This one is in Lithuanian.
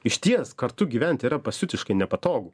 išties kartu gyventi yra pasiutiškai nepatogu